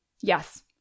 Yes